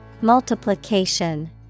Multiplication